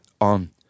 on